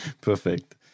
Perfect